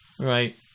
right